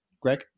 Greg